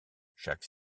chaque